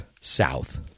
south